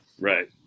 Right